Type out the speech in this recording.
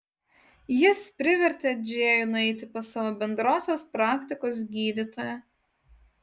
jis privertė džėjų nueiti pas savo bendrosios praktikos gydytoją